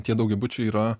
tie daugiabučiai yra